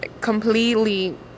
completely